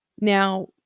Now